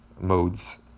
modes